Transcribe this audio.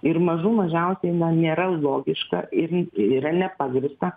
ir mažų mažiausiai na nėra logiška ir yra nepagrįsta